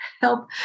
help